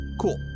Cool